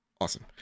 Awesome